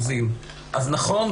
נכון,